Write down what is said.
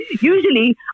usually